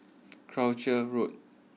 Croucher Road